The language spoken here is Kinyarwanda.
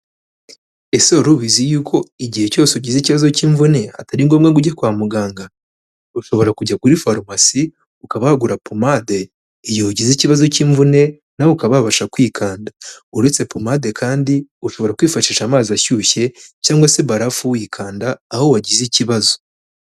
Ese wari ubizi yuko igihe cyose ugize ikibazo cy'imvune atari ngombwa ko ujye kwa muganga? Ushobora kujya kuri farumasi ukaba wagura pomade igihe ugize ikibazo cy'imvune nawe ukabasha kwikanda. Uretse pomade kandi ushobora kwifashisha amazi ashyushye cyangwa se barafu wikanda aho wagize ikibazo.